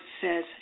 says